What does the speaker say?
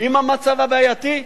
שהמצב בהן בעייתי,